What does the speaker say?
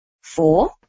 four